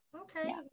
Okay